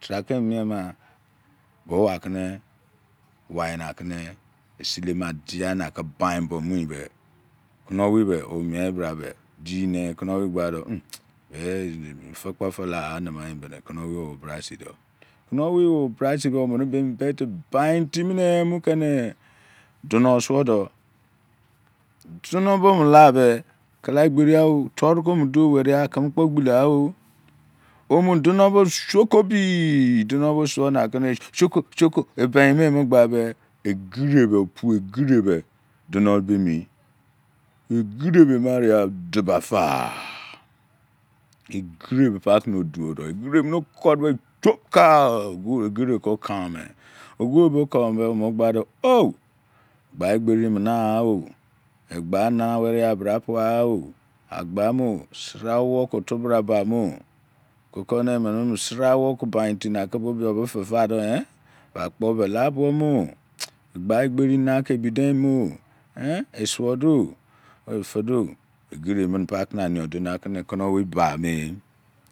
Tebra ke emu mie mia bo wa kene maina kene si bema kabain bo muiyi be kuno owie bo mieyi brabe di be kuno owei qbado uhn be ene di kpo lagha nima be owobra be omene bete bain timine mu keni duno osudo duno be omu labe kila eqberigha toru ko mu duomeriya keme kpo oqbilegha o ome duno bro shokobi duno bo suo nale suolo shoko ebein o gbabe eqirebe opu eqirebe duno be mi be eqirebe ema riya diba ka eqire pa kene odumodo eqirebe okor be shoka be eqire ko kame ogbe be oh ba eqberi emu naghah o eqbraname iya bra puagha o agbamo sra owou ko otobra bamo kukone emene sra owou ko bain timi nake beto be dede do ba akpo labuo mo gbaeqberi nabe ebideinmo ehn esuodo ede do eqire mene pakena nakene kuho owei ba me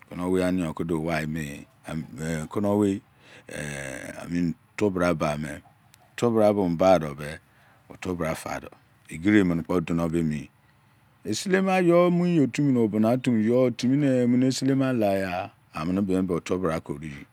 kuno owui ani yo ke duo maime keno owei mean otobra bame otobra badobe otobra dado eqire mene kpo duno be emi esilemayou myi otumene obina otu mene mu esilema laya amene beyobe otobra koruyi